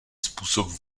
způsob